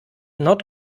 not